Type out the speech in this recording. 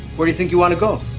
where do you think you want to go?